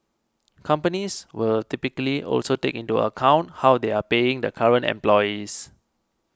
companies will typically also take into account how they are paying the current employees